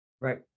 Right